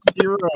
zero